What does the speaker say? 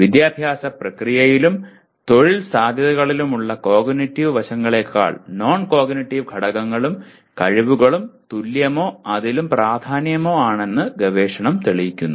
വിദ്യാഭ്യാസ പ്രക്രിയയിലും തൊഴിൽ സാധ്യതകളിലുമുള്ള കോഗ്നിറ്റീവ് വശങ്ങളേക്കാൾ നോൺ കോഗ്നിറ്റീവ് ഘടകങ്ങളും കഴിവുകളും തുല്യമോ അതിലും പ്രധാനമോ ആണെന്ന് ഗവേഷണം തെളിയിക്കുന്നു